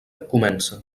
comença